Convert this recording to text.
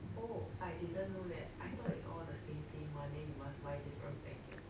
oh I didn't know that I thought it's all the same same one then you must buy different packet